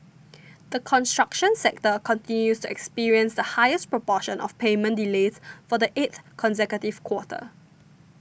the construction sector continues to experience the highest proportion of payment delays for the eighth consecutive quarter